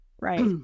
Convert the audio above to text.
right